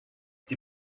die